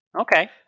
Okay